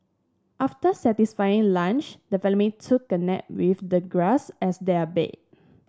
after satisfying lunch the family took a nap with the grass as their bed